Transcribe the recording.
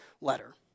letter